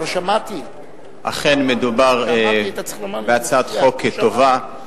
אכן מדובר בהצעת חוק טובה.